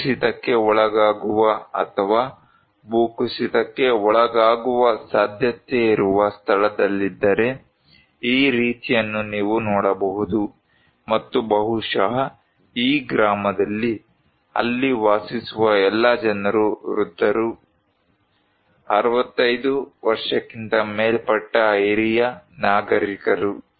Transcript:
ಭೂಕುಸಿತಕ್ಕೆ ಒಳಗಾಗುವ ಅಥವಾ ಭೂಕುಸಿತಕ್ಕೆ ಒಳಗಾಗುವ ಸಾಧ್ಯತೆಯಿರುವ ಸ್ಥಳದಲ್ಲಿದ್ದರೆ ಈ ರೀತಿಯನ್ನು ನೀವು ನೋಡಬಹುದು ಮತ್ತು ಬಹುಶಃ ಈ ಗ್ರಾಮದಲ್ಲಿ ಅಲ್ಲಿ ವಾಸಿಸುವ ಎಲ್ಲ ಜನರು ವೃದ್ಧರು 65 ವರ್ಷಕ್ಕಿಂತ ಮೇಲ್ಪಟ್ಟ ಹಿರಿಯ ನಾಗರಿಕರು